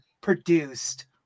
produced